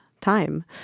time